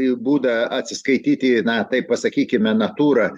į būdą atsiskaityti na taip pasakykime natūra